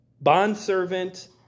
bondservant